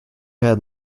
had